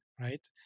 right